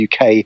uk